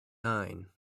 nine